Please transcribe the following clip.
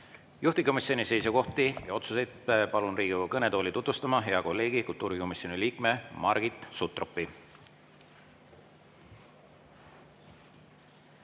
Juhtivkomisjoni seisukohti ja otsuseid palun Riigikogu kõnetooli tutvustama hea kolleegi, kultuurikomisjoni liikme Margit Sutropi.